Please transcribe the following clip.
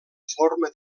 forma